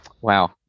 Wow